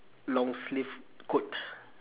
long sleeve coat